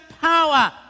power